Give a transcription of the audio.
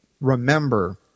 remember